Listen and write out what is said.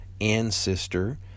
ancestor